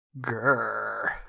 Grrr